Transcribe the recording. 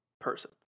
person